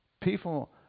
People